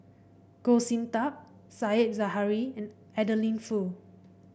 Goh Sin Tub Said Zahari and Adeline Foo